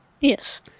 Yes